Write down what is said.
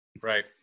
Right